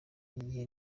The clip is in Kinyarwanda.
igihe